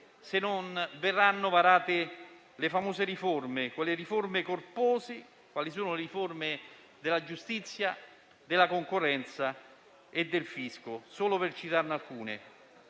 se non verranno varate le famose riforme; riforme corpose come quella della giustizia, della concorrenza e del Fisco, solo per citarne alcune.